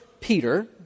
Peter